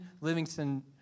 Livingston